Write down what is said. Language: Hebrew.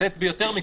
לצאת ביותר מקרים,